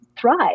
thrive